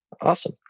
Awesome